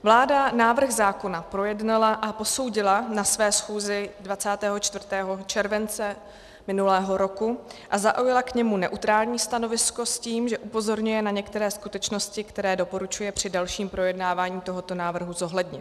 Vláda návrh zákona projednala a posoudila na své schůzi 24. července minulého roku a zaujala k němu neutrální stanovisko s tím, že upozorňuje na některé skutečnosti, které doporučuje při dalším projednávání tohoto návrhu zohlednit.